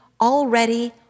already